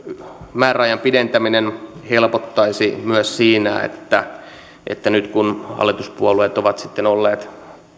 määräajan pidentäminen helpottaisi myös siinä että että nyt kun hallituspuolueet ovat sitten olleet